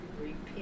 repent